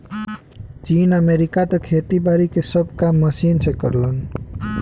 चीन, अमेरिका त खेती बारी के सब काम मशीन के करलन